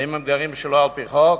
האם הם גרים שלא על-פי חוק?